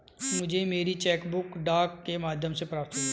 मुझे मेरी cheque book डाक के माध्यम से प्राप्त हुई है